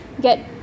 get